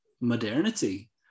modernity